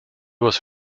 was